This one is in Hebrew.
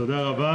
תודה רבה.